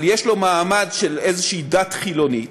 אבל יש לו מעמד של איזו דת חילונית,